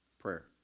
prayer